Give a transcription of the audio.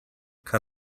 cut